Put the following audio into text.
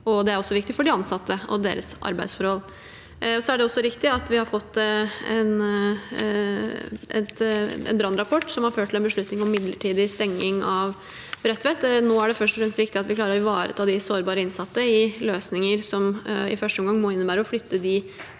Det er også viktig for de ansatte og deres arbeidsforhold. Det er riktig at vi har fått en brannrapport som har ført til en beslutning om midlertidig stenging av Bredtveit. Nå er det først og fremst viktig at vi klarer å ivareta de sårbare innsatte i løsninger som i første omgang må innebære å flytte dem